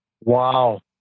Wow